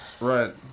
Right